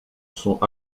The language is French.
sont